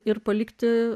ir palikti